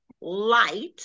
light